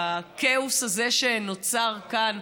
בכאוס הזה שנוצר כאן,